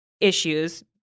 issues